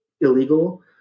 Illegal